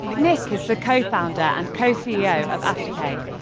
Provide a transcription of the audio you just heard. nick is the co-founder and co-ceo of afterpay,